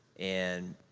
and,